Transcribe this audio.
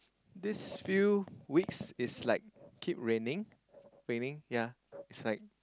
these few weeks is like keep raining raining ya it's like